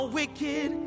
wicked